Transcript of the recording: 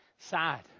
Sad